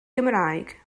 gymraeg